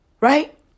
Right